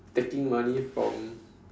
taking money from